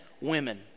women